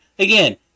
Again